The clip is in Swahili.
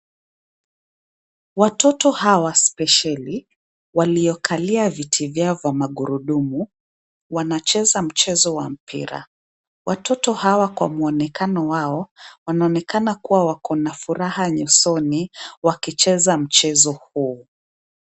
Watoto hawa spesheli waliokalia viti vyao vya magurudumu, wanacheza mchezo wa mpira, watoto hawa kwa muonekano wao wanaonekana kuwa wako na furaha nyusoni wakicheza mchezo huo.